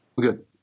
good